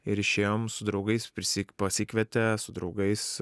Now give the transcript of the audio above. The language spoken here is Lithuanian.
ir išėjom su draugais prisik pasikvietė su draugais